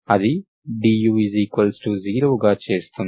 అది du0 గా చేస్తుంది